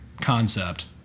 concept